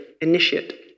initiate